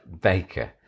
Baker